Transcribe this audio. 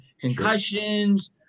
concussions